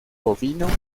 bovino